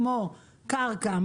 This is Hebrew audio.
כמו קרקע,